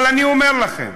אבל אני אומר לכם,